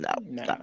no